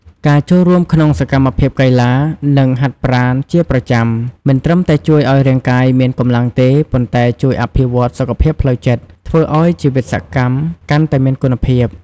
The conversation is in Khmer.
ការចូលរួមក្នុងសកម្មភាពកីឡា និងហាត់ប្រាណជាប្រចាំ មិនត្រឹមតែជួយឲ្យរាងកាយមានកម្លាំងទេ ប៉ុន្តែជួយអភិវឌ្ឍសុខភាពផ្លូវចិត្ត និងធ្វើឲ្យជីវិតសកម្មកាន់តែមានគុណភាព។